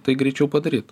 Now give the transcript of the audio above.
tai greičiau padaryt